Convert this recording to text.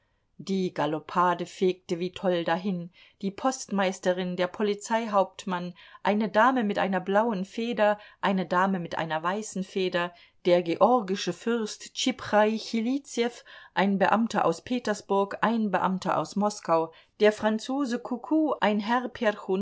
die galoppade fegte wie toll dahin die postmeisterin der polizeihauptmann eine dame mit einer blauen feder eine dame mit einer weißen feder der georgische fürst tschipchaichilidsew ein beamter aus petersburg ein beamter aus moskau der franzose coucou ein herr